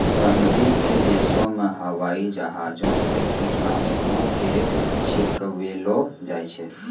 समृद्ध देशो मे हवाई जहाजो से कीटनाशको के छिड़कबैलो जाय छै